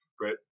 right